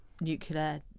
nuclear